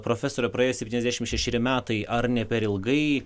profesore praėjo septyniasdešimt šešeri metai ar ne per ilgai